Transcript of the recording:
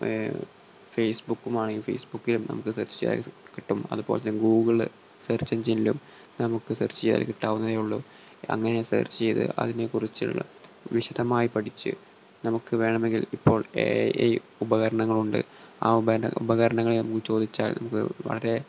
ഫേസ്ബുക്കുമാണെങ്കിൽ ഫേസ്ബുക്കിലും നമുക്ക് സർച്ച് ചെയ്താൽ കിട്ടും അതുപോലെ തന്നെ ഗൂഗിൾ സർച്ച് എഞ്ചിനിലും നമുക്ക് സർച്ച് ചെയ്താൽ കിട്ടാവുന്നതേയുള്ളൂ അങ്ങനെ സർച്ച് ചെയ്ത് അതിനെക്കുറിച്ചുള്ള വിശദമായി പഠിച്ച് നമുക്ക് വേണമെങ്കിൽ ഇപ്പോൾ എ ഐ ഉപകരണങ്ങളുണ്ട് ആ ഉപര ഉപകരണങ്ങളെ നമുക്ക് ചോദിച്ചാൽ നമുക്ക് വളരെ